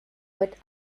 but